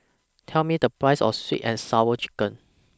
Tell Me The Price of Sweet and Sour Chicken